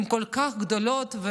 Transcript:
הן כל כך גדולות.